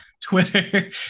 Twitter